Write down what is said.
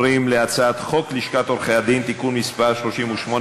הצעת חוק כליאתם של לוחמים בלתי חוקיים (תיקון מס' 3),